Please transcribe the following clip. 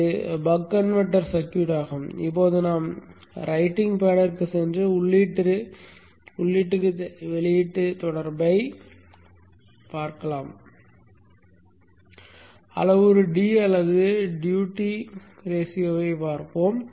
இது buck converter circuit ஆகும் இப்போது நாம் ரைட்டிங் பேடிற்குச் சென்று உள்ளீட்டு வெளியீட்டுத் தொடர்பை அளவுரு D அல்லது டியூட்டி ரேஸியோ உடன் பார்ப்போம்